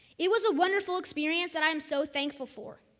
it was a wonderful experience that i'm so thankful for